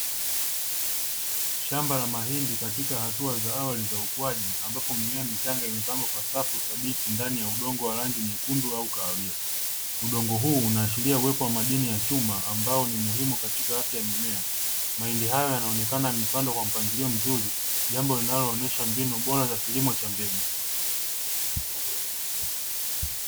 Shamba la mahindi katika hatua za awali za ukuwaji, ambapo mimea michanga imepangwa kwa safu dhabiti ndani ya udongo wa rangi nyekundu au kahwia, udongo huu unaachilia uwepo wa madini ya chuma ambao ni muhimu katika afya ya mimea, mahindi hayo yanaonekana mipando kwa mpangilio mzuri jambo linaloonesha mbinu bora za kilimo cha mbegu.